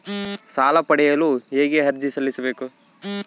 ಸಾಲ ಪಡೆಯಲು ಹೇಗೆ ಅರ್ಜಿ ಸಲ್ಲಿಸಬೇಕು?